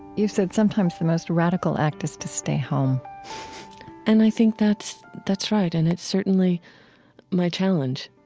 you've said sometimes the most radical act is to stay home and i think that's that's right and it's certainly my challenge.